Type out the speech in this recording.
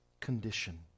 condition